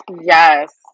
Yes